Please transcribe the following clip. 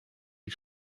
die